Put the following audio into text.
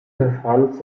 verfahren